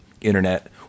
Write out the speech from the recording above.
internet